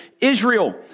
Israel